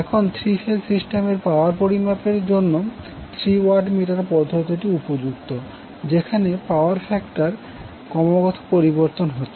এখন three phase সিস্টেমের power পরিমাপের জন্য থ্রি ওয়াট মিটার পদ্ধতিটি উপযুক্ত যেখানে পাওয়ার ফ্যাক্টর ক্রমাগত পরিবর্তন হচ্ছে